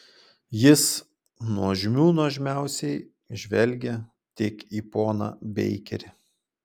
jis nuožmių nuožmiausiai žvelgia tik į poną beikerį